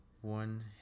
one